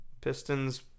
pistons